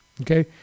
Okay